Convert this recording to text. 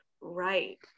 right